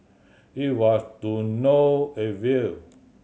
it was to no avail